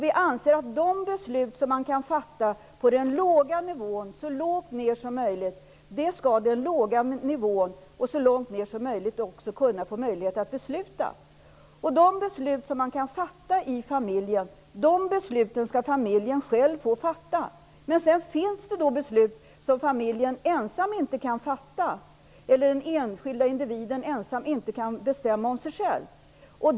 Vi anser att de beslut som kan fattas på den låga nivån, dvs. så lågt som möjligt, också i största möjliga utsträckning skall fattas där. De beslut som kan fattas i familjen skall familjen själv få fatta. Men sedan finns det beslut som familjen ensam inte kan fatta. Det finns också frågor där den enskilde ensam inte själv kan bestämma.